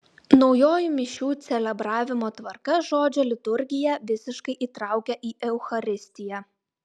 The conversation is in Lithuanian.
naujoji mišių celebravimo tvarka žodžio liturgiją visiškai įtraukia į eucharistiją